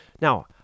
Now